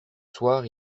soir